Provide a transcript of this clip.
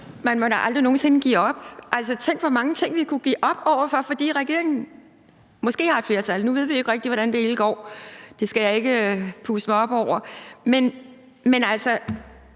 Man må da aldrig nogen sinde give op. Tænk, hvor mange ting vi kunne give op over for, fordi regeringen måske har et flertal. Nu ved vi jo ikke rigtig, hvordan det hele går; det skal jeg ikke gøre mig klog på. Men man